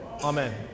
Amen